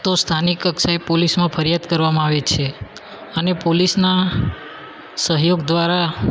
તો સ્થાનિક કક્ષાએ પોલીસ ફરિયાદ કરવામાં આવે છે અને પોલીસના સહયોગ દ્વારા